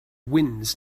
winds